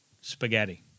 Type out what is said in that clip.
Spaghetti